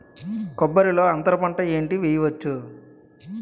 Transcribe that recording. కొబ్బరి లో అంతరపంట ఏంటి వెయ్యొచ్చు?